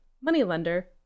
Moneylender